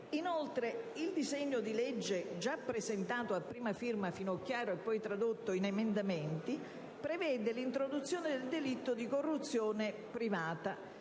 Inoltre, il disegno di legge già presentato a prima firma della senatrice Finocchiaro, e poi tradotto in emendamenti, prevede l'introduzione del delitto di corruzione privata,